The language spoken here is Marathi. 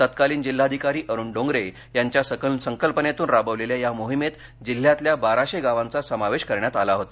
तत्कालीन जिल्हाधिकारी अरूण डोंगरे यांच्या संकल्पनेतून राबवलेल्या या मोहिमेत जिल्ह्यातल्या बाराशे गावांचा समावेश करण्यात आला होता